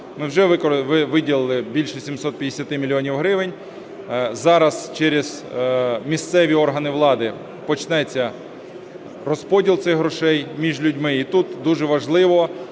ми вже виділили більше 750 мільйонів гривень. Зараз через місцеві органи влади почнеться розподіл цих грошей між людьми, і тут дуже важливо